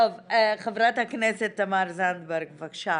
חברת הכנסת תמר זנדברג, בבקשה.